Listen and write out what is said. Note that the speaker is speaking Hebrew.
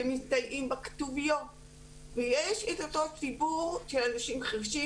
שמסתייעים בכתוביות ויש את אותו ציבור של אנשים חירשים